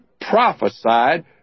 prophesied